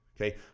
okay